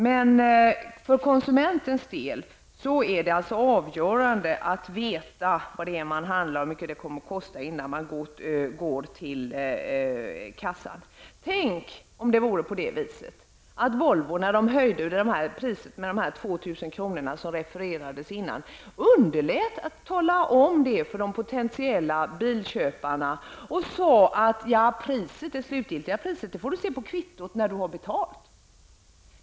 Men för konsumentens del är det avgörande att veta vad varorna kommer att kosta, innan man går till kassan. Tänk, om det vore på det sättet att Volvo, när det företaget höjde priset med 2 000 kr., vilket har refererats här, hade underlåtit att tala om det för de potentiella bilköparna utan sagt: Det slutgiltiga priset får du se på kvittot, när du har betalt!